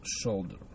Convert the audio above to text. shoulder